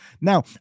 Now